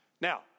Now